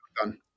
Done